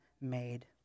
made